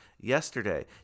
yesterday